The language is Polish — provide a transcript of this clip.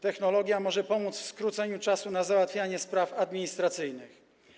Technologia może pomóc w skróceniu czasu na załatwianie spraw administracyjnych.